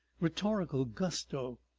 rhetorical gusto!